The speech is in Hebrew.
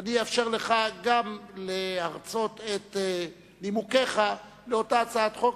אני אאפשר לך להרצות את נימוקיך לאותה הצעת חוק,